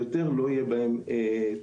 ויותר לא יהיה בהן צורך.